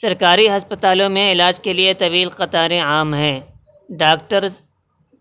سرکاری ہسپتالوں میں علاج کے لیے طویل قطاریں عام ہیں ڈاکٹرس